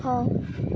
ହଁ